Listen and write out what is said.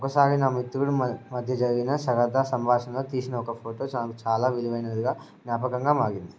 ఒకసారి నా మిత్రుడు మధ్య జరిగిన సరదా సంభాషణ తీసిన ఒక ఫోటో చాలా విలువైనదిగా జ్ఞాపకంగా మారింది